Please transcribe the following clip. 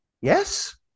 Yes